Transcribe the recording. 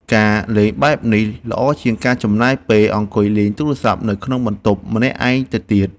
ការលេងបែបនេះល្អជាងការចំណាយពេលអង្គុយលេងទូរស័ព្ទនៅក្នុងបន្ទប់ម្នាក់ឯងទៅទៀត។